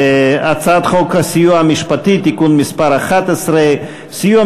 הצעת חוק הסיוע המשפטי (תיקון מס' 11) (סיוע